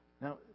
Now